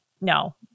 no